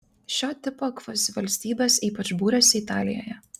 šio tipo kvazivalstybės ypač būrėsi italijoje